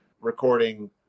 recording